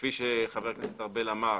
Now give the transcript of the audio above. כפי שחבר הכנסת ארבל אמר